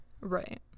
Right